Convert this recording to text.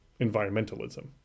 environmentalism